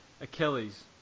Achilles